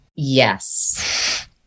Yes